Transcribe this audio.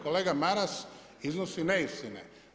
kolega Maras iznosi neistine.